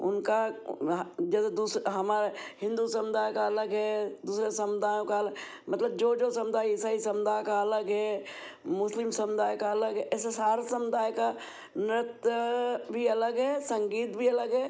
उनका जैसे दूसरा हमारा हिन्दू समुदाय का अलग है दूसरे समुदायों का अलग मतलब जो जो समुदाय इसाई समुदाय का अलग है मुस्लिम समुदाय का अलग है ऐसे सारा समुदाय का नृत्य भी अलग है संगीत भी अलग है